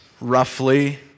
roughly